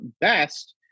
best